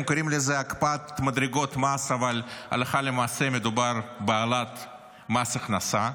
הם קוראים לזה הקפאת מדרגות מס אבל הלכה למעשה מדובר בהעלאת מס הכנסה.